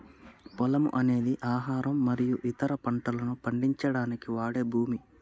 పొలము అనేది ఆహారం మరియు ఇతర పంటలను పండించడానికి వాడే భూమి